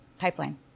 Pipeline